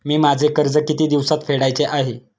मी माझे कर्ज किती दिवसांत फेडायचे आहे?